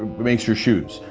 makes your shoes.